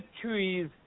trees